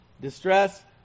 distress